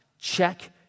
Check